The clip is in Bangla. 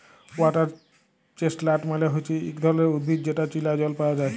ওয়াটার চেস্টলাট মালে হচ্যে ইক ধরণের উদ্ভিদ যেটা চীলা জল পায়া যায়